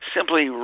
Simply